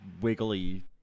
wiggly